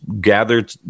gathered